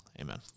Amen